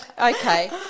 Okay